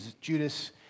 Judas